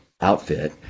outfit